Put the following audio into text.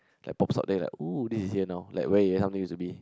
like pops up there like !whoo! this is here now like where it used to be